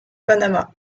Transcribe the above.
panama